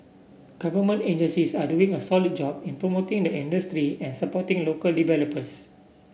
government agencies are doing a solid job in promoting the industry and supporting local developers